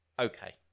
Okay